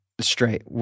straight